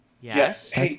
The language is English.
Yes